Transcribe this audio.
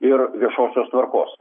ir viešosios tvarkos